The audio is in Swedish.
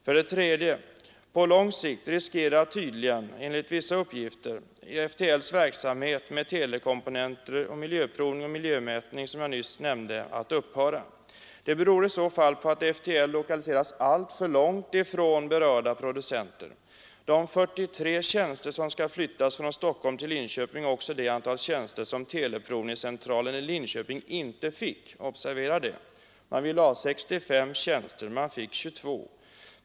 För det tredje riskerar FTL:s verksamhet med delkomponenter, miljöprovning och miljömätning — enligt vissa uppgifter — på lång sikt att upphöra. Det beror i så fall på att FTL lokaliseras alltför långt ifrån berörda producenter. De 43 tjänster som skall flyttas från Stockholm till Linköping är också det antal tjänster som teleprovningscentralen i Linköping inte fick — observera det. Man ville ha 65 tjänster, men man fick 22.